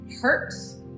hurts